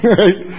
right